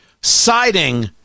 siding